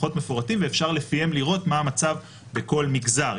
דוחות מפורטים ואפשר לפיהם לראות מה המצב בכל מגזר.